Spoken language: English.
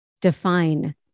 define